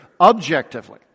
objectively